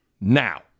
now